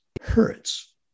hurts